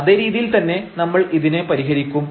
അതേ രീതിയിൽ തന്നെ നമ്മൾ ഇതിനെ പരിഹരിക്കും